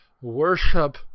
worship